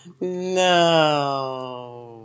No